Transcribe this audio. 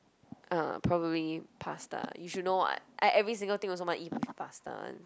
uh probably pasta you should know [what] I every single thing also must eat with pasta [one]